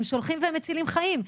הם שולחים והם מצילים חיים.